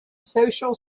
social